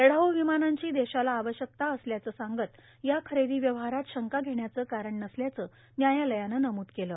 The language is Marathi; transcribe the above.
लढाऊ र्रावमानांची देशाला आवश्यकता असल्याचं सांगत या खरेर्दो व्यवहारात शंका घेण्याचं कारण नसल्याचं न्यायालयानं नमूद केलं